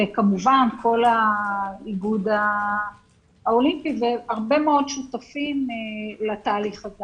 וכמובן כל האיגוד האולימפי והרבה מאוד שותפים לתהליך הזה.